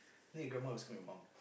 why your grandma listen to your mum